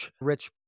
rich